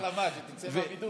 זאת לא החלמה, שתצא מהבידוד.